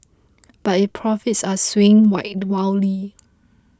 but its profits are swinging wide wildly